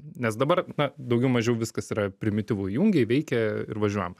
nes dabar na daugiau mažiau viskas yra primityvu įjungei veikia ir važiuojam